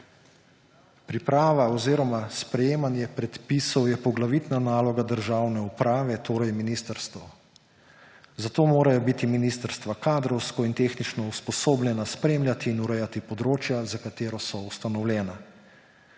»Priprava oziroma sprejemanje predpisov je poglavitna naloga državne uprave, torej ministrstev. Zato morajo biti ministrstva kadrovsko in tehnično usposobljena spremljati in urejati področja, za katera so ustanovljena.